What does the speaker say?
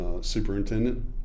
superintendent